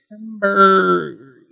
September